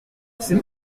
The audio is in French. rue